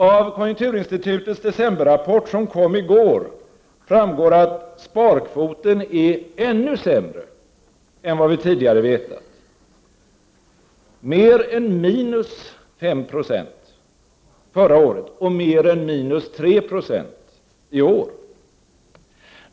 Av konjunkturinstitutets decemberrapport, som kom i går, framgår att sparkvoten är ännu sämre än vad vi tidigare har vetat — mer än 5 90 förra året och mer än 3 Jo i år.